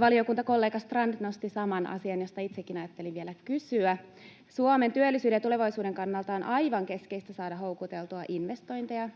Valiokuntakollega Strand nosti saman asian, josta itsekin ajattelin vielä kysyä. Suomen työllisyyden ja tulevaisuuden kannalta on aivan keskeistä saada houkuteltua investointeja